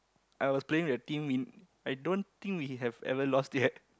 I was playing with a team in I don't think we have ever lost yet